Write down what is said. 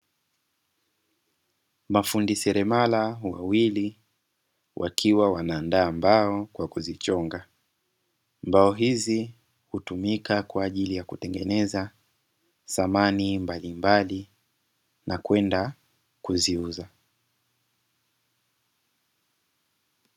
Mafundi seremala wawili wakiwa wanaandaa mbao kwa kuzichonga. Mbao hizi hutumika kwaajili ya kuandaa samani mbalimbali na kwenda kuziuza.